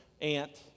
aunt